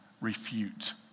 refute